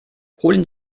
holen